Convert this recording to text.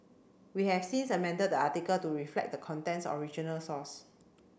we have since amended the article to reflect the content's original source